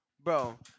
Bro